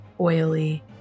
oily